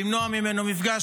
למנוע ממנו מפגש